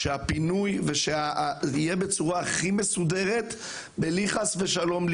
שהפינוי יהיה בצורה מסודרת ובלי לפגוע, חס ושלום,